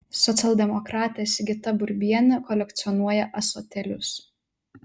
socialdemokratė sigita burbienė kolekcionuoja ąsotėlius